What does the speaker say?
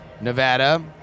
Nevada